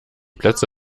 plätze